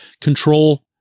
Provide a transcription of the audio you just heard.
control